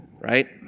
right